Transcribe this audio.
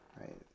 right